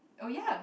oh ya